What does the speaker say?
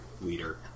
leader